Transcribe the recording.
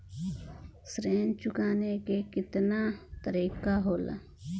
ऋण चुकाने के केतना तरीका होला?